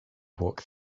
walk